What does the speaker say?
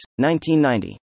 1990